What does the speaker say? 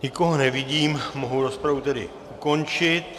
Nikoho nevidím, mohu rozpravu tedy ukončit.